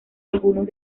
algunos